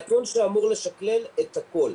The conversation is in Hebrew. זה נתון שאמור לשכלל את הכול,